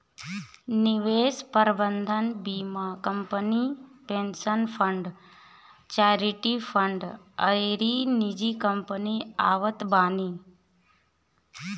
निवेश प्रबंधन बीमा company, pension fund, charity fund अउरी निजी कंपनी आवत बानी